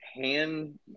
hand